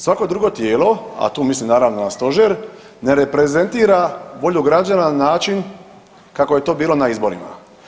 Svako drugo tijelo, a tu mislim naravno na stožer ne reprezentira volju građana na način kako je to bilo na izborima.